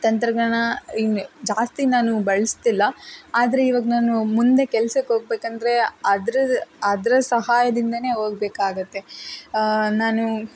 ತಂತ್ರಜ್ಞಾನ ಜಾಸ್ತಿ ನಾನು ಬಳಸ್ತಿಲ್ಲ ಆದರೆ ಇವಾಗ ನಾನು ಮುಂದೆ ಕೆಲ್ಸಕ್ಕೆ ಹೋಗ್ಬೇಕಂದ್ರೆ ಅದ್ರದ್ದು ಅದ್ರ ಸಹಾಯದಿಂದಲೇ ಹೋಗ್ಬೇಕಾಗುತ್ತೆ ನಾನು